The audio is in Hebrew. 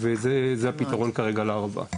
זה הפתרון כרגע לערבה.